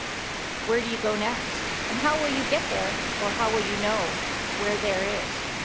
where do you go next? and how will you get there, or how will you know where there is?